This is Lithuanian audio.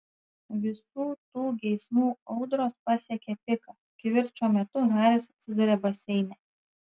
visų tų geismų audros pasiekia piką kivirčo metu haris atsiduria baseine